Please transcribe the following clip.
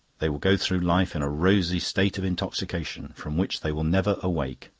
they will go through life in a rosy state of intoxication, from which they will never awake.